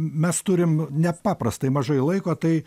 mes turim nepaprastai mažai laiko tai